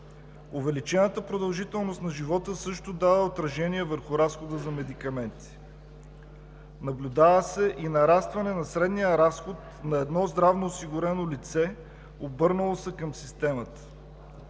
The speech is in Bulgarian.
Увеличената продължителност на живота също дава отражение върху разхода за медикаменти. Наблюдава се и нарастване на средния разход на едно здравноосигурено лице, обърнало се към системата.